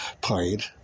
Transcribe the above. played